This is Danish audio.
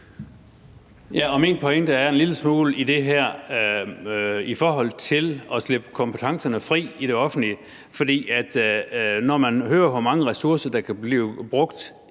Ja, og min pointe er en lille smule i forhold til det her med at slippe kompetencerne fri i det offentlige. For når man hører, hvor mange ressourcer, der kan blive brugt,